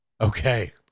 Okay